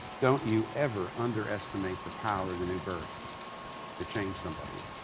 don't you ever underestimate the power of the new birth to change somebody.